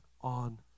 on